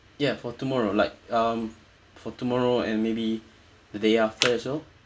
ya for tomorrow like um for tomorrow and maybe the day after as well